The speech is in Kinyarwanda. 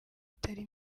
itari